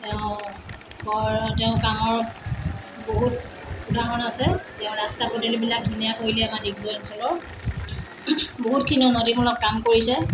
তেওঁ বৰ তেওঁৰ কামৰ বহুত উদাহৰণ আছে তেওঁ ৰাস্তা পদূলিবিলাক ধুনীয়া কৰি দিয়ে আমাৰ ডিগবৈ অঞ্চলৰ বহুতখিনি উন্নতিমূলক কাম কৰিছে